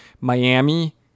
Miami